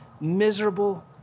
miserable